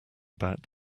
about